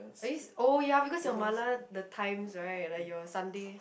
always oh ya because your the times right like your Sunday